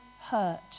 hurt